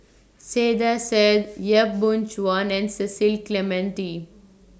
Saiedah Said Yap Boon Chuan and Cecil Clementi